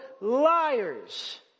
liars